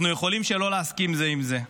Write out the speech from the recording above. אנחנו יכולים שלא להסכים זה עם זה,